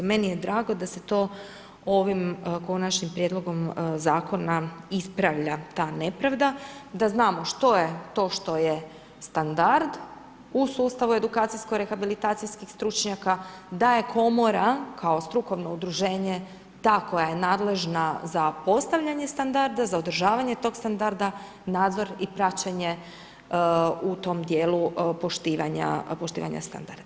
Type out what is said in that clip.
Meni je drago da se to ovim Konačnim prijedlogom Zakona ispravlja ta nepravda, da znamo što je to što je standard u sustavu edukacijsko rehabilitacijskih stručnjaka, da je Komora, kao strukovno udruženje ta koja je nadležna za postavljanje standarda, za održavanje tog standarda, nadzor i praćenje u tom dijelu poštivanja standarda.